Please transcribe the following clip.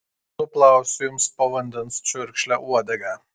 nuplausiu jums po vandens čiurkšle uodegą